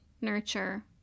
nurture